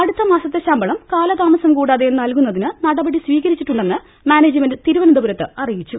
അടു ത്തമാസത്തെ ശമ്പളം കാലതാമസം കൂടാതെ നൽകുന്നതിന് നട പടി സ്വീകരിച്ചിട്ടുണ്ടെന്ന് മാനേജ്മെന്റ് തിരുപ്പിന്ത്രപുരത്ത് അറിയി ച്ചു